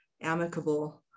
amicable